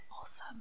Awesome